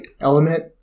element